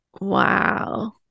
Wow